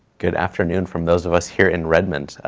good afternoon from those of us here in redmond.